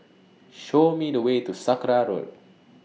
Show Me The Way to Sakra Road